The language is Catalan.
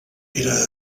era